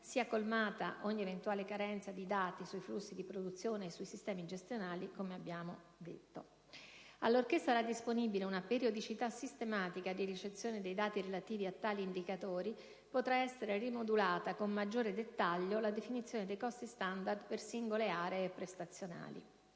sia colmata ogni eventuale carenza di dati sui flussi di produzione e sui sistemi gestionali, come abbiamo detto. Allorché sarà disponibile una periodicità sistematica di ricezione dei dati relativi a tali indicatori, potrà essere rimodulata con maggiore dettaglio la definizione dei costi standard per singole aree prestazionali.